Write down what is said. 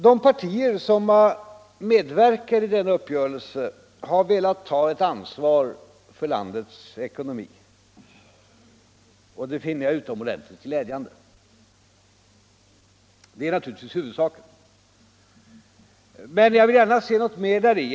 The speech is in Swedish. De partier som har medverkat i denna uppgörelse har velat ta ett ansvar för landets ekonomi, och det finner jag utomordentligt glädjande. Det är naturligtvis också huvudsaken. Men jag vill gärna se något mer däri.